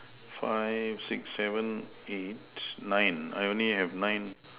five six seven eight nine I only have nine